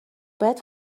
باید